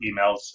emails